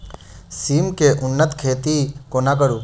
सिम केँ उन्नत खेती कोना करू?